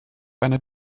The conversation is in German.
einer